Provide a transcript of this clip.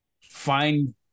find